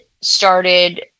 started